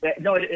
no